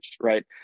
right